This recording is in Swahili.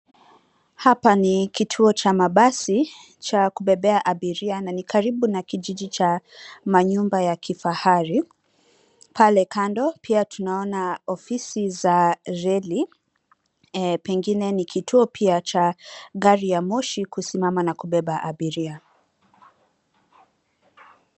Hapa ni kituo cha mabasi cha kubebea abiria na ni karibu na kijiji cha manyumba ya kifahari. Pale kando pia tunaona ofisi za reli pengine ni kituo pia cha gari ya moshi kusimama na kubeba abiria.